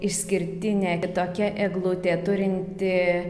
išskirtinė kitokia eglutė turinti